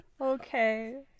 Okay